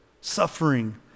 suffering